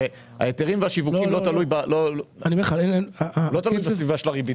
ההיתרים והשיווקים לא תלויים בסביבה של הריבית.